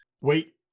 Wait